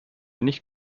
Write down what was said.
nicht